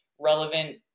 relevant